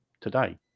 today